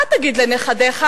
מה תגיד לנכדיך?